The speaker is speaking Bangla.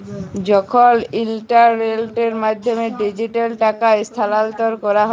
যখল ইলটারলেটের মাধ্যমে ডিজিটালি টাকা স্থালাল্তর ক্যরা হ্যয়